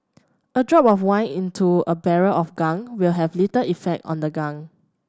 a drop of wine into a barrel of gunk will have little effect on the gunk